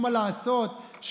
רשות התחרות מבצעת מעקב תמידי על